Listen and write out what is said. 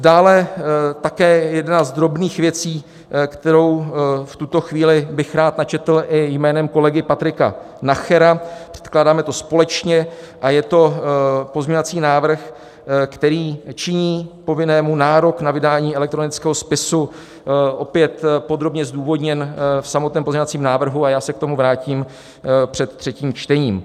Dále také jedna z drobných věcí, kterou bych v tuto chvíli rád načetl i jménem kolegy Patrika Nachera, předkládáme to společně, je pozměňovací návrh, který činí povinnému nárok na vydání elektronického spisu opět podrobně zdůvodněn v samotném pozměňovacím návrhu a já se k tomu vrátím před třetím čtením.